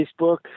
Facebook